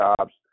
jobs